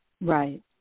Right